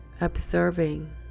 Observing